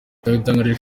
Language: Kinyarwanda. yadutangarije